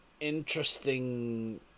interesting